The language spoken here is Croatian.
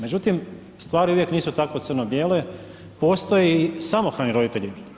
Međutim stvari uvijek nisu tako crno-bijele, postoji i samohrani roditelji.